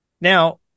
Now